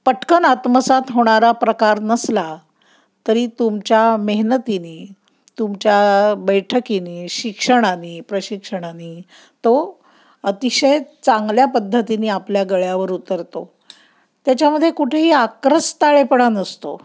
पटकन आत्मसात होणारा प्रकार नसला तरी तुमच्या मेहनतीने तुमच्या बैठकीने शिक्षणाने प्रशिक्षणाने तो अतिशय चांगल्या पद्धतीनी आपल्या गळ्यावर उतरतो त्याच्यामध्ये कुठेही आक्रस्ताळेपणा नसतो